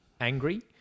angry